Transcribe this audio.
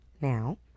Now